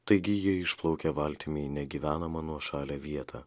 taigi jie išplaukė valtimi į negyvenamą nuošalią vietą